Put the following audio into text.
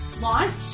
launch